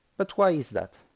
but why is that?